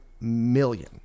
million